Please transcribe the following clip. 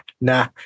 nah